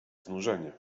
znużenie